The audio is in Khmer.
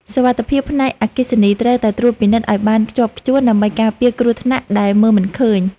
សុវត្ថិភាពផ្នែកអគ្គិសនីត្រូវតែត្រួតពិនិត្យឱ្យបានខ្ជាប់ខ្ជួនដើម្បីការពារគ្រោះថ្នាក់ដែលមើលមិនឃើញ។